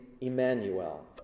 Emmanuel